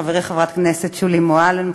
חברתי חברת הכנסת שולי מועלם,